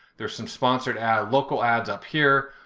there's some sponsored ads, local ads up here.